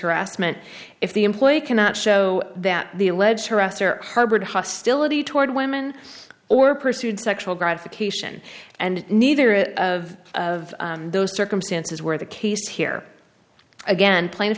harassment if the employee cannot show that the alleged harasser harbored hostility toward women or pursued sexual gratification and neither of those circumstances were the case here again pla